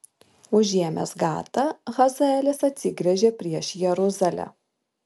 užėmęs gatą hazaelis atsigręžė prieš jeruzalę